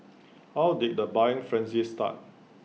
how did the buying frenzy start